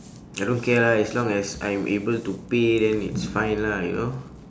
I don't care lah as long as I'm able to pay then it's fine lah you know